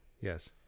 yes